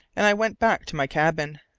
and i went back to my cabin.